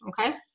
okay